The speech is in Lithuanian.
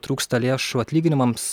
trūksta lėšų atlyginimams